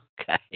Okay